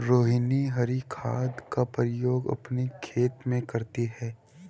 रोहिनी हरी खाद का प्रयोग अपने खेत में करती है